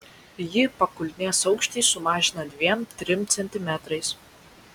ji pakulnės aukštį sumažina dviem trim centimetrais